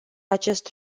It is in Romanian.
acest